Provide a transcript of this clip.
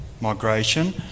migration